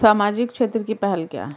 सामाजिक क्षेत्र की पहल क्या हैं?